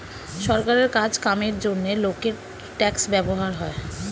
সরকারের কাজ কামের জন্যে লোকের ট্যাক্স ব্যবহার হয়